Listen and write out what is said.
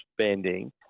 spending